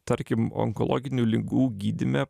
tarkim onkologinių ligų gydyme